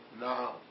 now